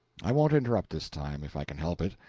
i won't interrupt this time, if i can help it.